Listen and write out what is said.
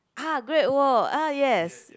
ah Great Wall ah yes